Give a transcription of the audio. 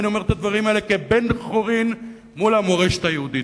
ואני אומר את הדברים האלה כבן-חורין מול המורשת היהודית.